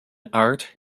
art